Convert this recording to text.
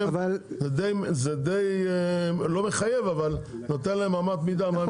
זה לא מחייב אבל נותן להם אמת מידה מה הם צריכים לעשות.